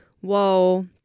whoa